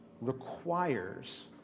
requires